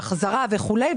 החזרה וכדומה.